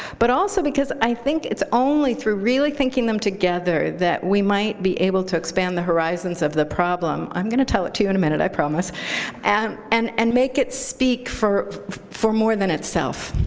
but also because i think it's only through really thinking them together that we might be able to expand the horizons of the problem i'm going to tell it to you in a minute, i promise and and and make it speak for for more than itself.